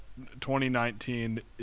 2019